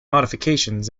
modifications